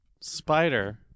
spider